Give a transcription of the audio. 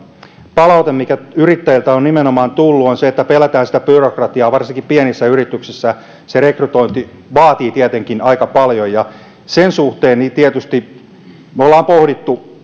palaute mikä nimenomaan yrittäjiltä on tullut on se että pelätään sitä byrokratiaa varsinkin pienissä yrityksissä rekrytointi vaatii tietenkin aika paljon ja sen suhteen tietysti me olemme pohtineet